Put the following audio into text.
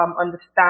understand